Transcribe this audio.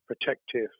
protective